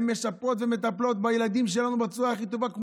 הן משפרות ומטפלות בילדים שלנו בצורה הכי טובה.